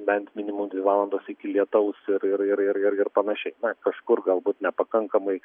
bent minimum dvi valandos iki lietaus ir ir ir ir panašiai bet kažkur galbūt nepakankamai